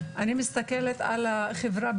אני מסתכלת באופן כללי על החברה,